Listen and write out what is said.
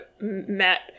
Met